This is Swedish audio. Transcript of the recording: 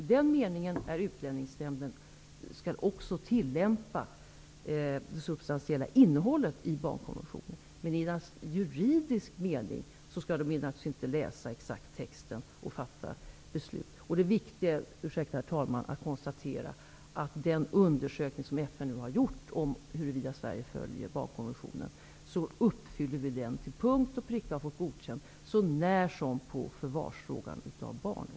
I den meningen skall Utlänningsnämnden också tillämpa det substansiella innehållet i barnkonventionen. Man skall naturligtvis inte läsa texten exakt i juridisk mening när beslut fattas. Det viktiga är att konstatera att den undersökning som FN nu har gjort om huruvida Sverige följer barnkonventionen visar att vi följer den till punkt och pricka. Vi har fått godkänt sånär som på frågan om förvaret av barn.